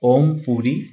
Om Puri